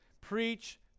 Preach